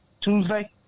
Tuesday